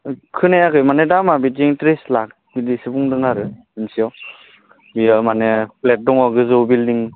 खोनायाखै माने दामा बिदिनो थ्रिस लाख बिदिसो बुंदों आरो मोनसेयाव बेयाव माने फ्लेट दङ गोजौ बिलदिं